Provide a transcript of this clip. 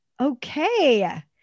Okay